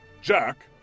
Jack